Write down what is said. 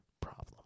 problem